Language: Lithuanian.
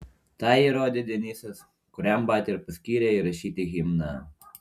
tą įrodė denisas kuriam batia ir paskyrė įrašyti himną